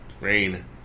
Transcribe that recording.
Rain